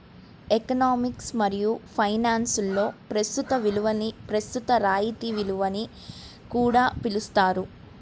economics మరియు ఫైనాన్స్లో ప్రస్తుత విలువని ప్రస్తుత రాయితీ విలువ అని కూడా పిలుస్తారు